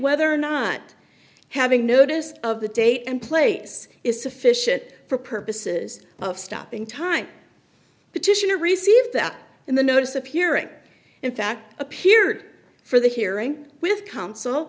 whether or not having notice of the date and place is sufficient for purposes of stopping time the titian to receive that in the notice appearing in fact appeared for the hearing w